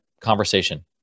conversation